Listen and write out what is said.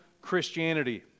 Christianity